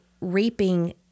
reaping